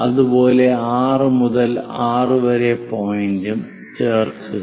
അതുപോലെ 6 മുതൽ 6 വരെ പോയിന്റും ചേർക്കുക